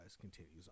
continues